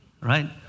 Right